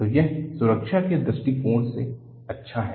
तो यह सुरक्षा के दृष्टिकोण से अच्छा है